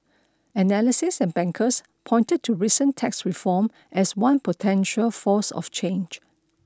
analysts and bankers pointed to recent tax reform as one potential force of change